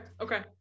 Okay